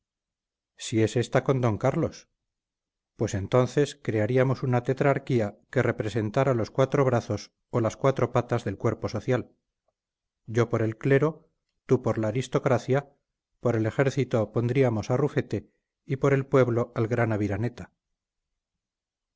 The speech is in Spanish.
si ese está con d carlos pues entonces crearíamos una tetrarquía que representara los cuatro brazos o las cuatro patas del cuerpo social yo por el clero tú por la aristocracia por el ejército pondríamos a rufete y por el pueblo al gran aviraneta